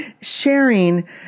sharing